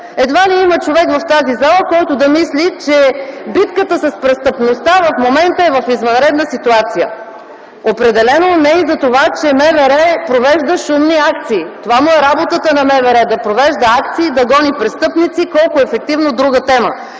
Едва ли има човек в тази зала, който да мисли, че битката с престъпността в момента е в извънредна ситуация. Определено не и за това, че МВР провежда шумни акции. Това му е работата на МВР – да провежда акции, да гони престъпници – колко ефективно, друга тема.